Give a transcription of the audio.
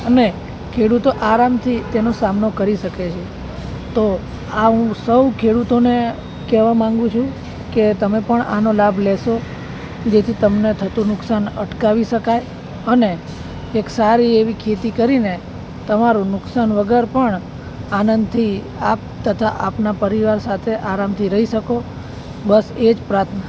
અને ખેડૂતો આરામથી તેનો સામનો કરી શકે છે તો આ હું સૌ ખેડૂતોને કહેવા માગું છું કે તમે પણ આનો લાભ લેશો જેથી તમને થતું નુકસાન અટકાવી શકાય અને એક સારી એવી ખેતી કરીને તમારું નુકસાન વગર પણ આનંદથી આપ તથા આપના પરિવાર સાથે આરામથી રહી શકો બસ એ જ પ્રાર્થના